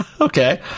okay